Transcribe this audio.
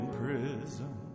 prison